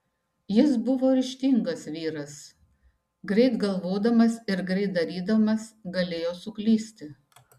jis buvo ryžtingas vyras greit galvodamas ir greit darydamas galėjo suklysti